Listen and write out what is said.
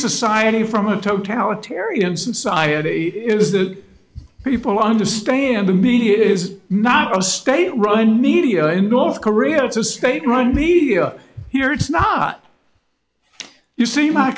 society from a totalitarian society is that people understand the media is not a state run media in north korea it's a state run media here it's not you see my